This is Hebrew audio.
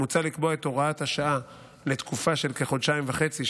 מוצע לקבוע את הוראת השעה לתקופה של כחודשיים וחצי,